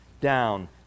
down